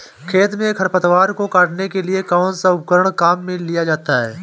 खेत में खरपतवार को काटने के लिए कौनसा उपकरण काम में लिया जाता है?